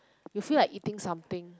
you feel like eating something